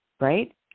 Right